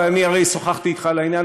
אני הרי שוחחתי אתך על העניין,